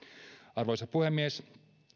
arvoisa puhemies